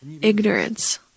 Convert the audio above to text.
ignorance